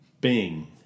Bing